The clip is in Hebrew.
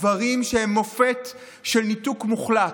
דברים שהם מופת של ניתוק מוחלט.